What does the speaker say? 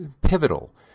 pivotal